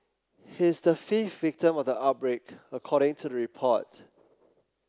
he's the fifth victim of the outbreak according to report